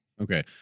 Okay